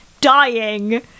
dying